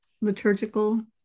liturgical